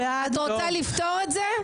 רוצה לפתור את זה?